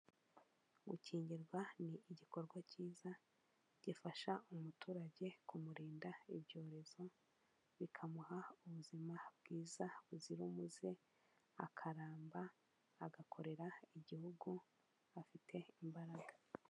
Gukingirwa ni igikorwa kiza, gifasha umuturage kumurinda ibyorezo, bikamuha ubuzima bwiza buzira umuze, akaramba agakorera igihugu afite imbaraga.